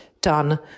done